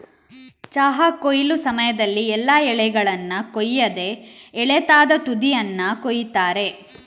ಚಹಾ ಕೊಯ್ಲು ಸಮಯದಲ್ಲಿ ಎಲ್ಲಾ ಎಲೆಗಳನ್ನ ಕೊಯ್ಯದೆ ಎಳತಾದ ತುದಿಯನ್ನ ಕೊಯಿತಾರೆ